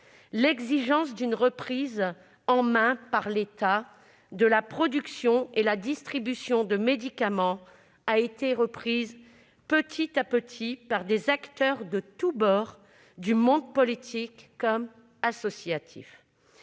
L'exigence d'une reprise en main, par l'État, de la production et de la distribution de médicaments a été peu à peu reprise par des acteurs de tous bords, du monde politique comme associatif.